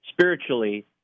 spiritually